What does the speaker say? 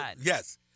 Yes